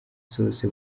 zose